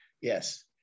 yes